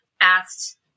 asked